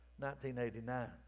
1989